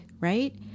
right